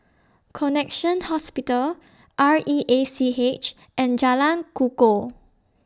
Connexion Hospital R E A C H and Jalan Kukoh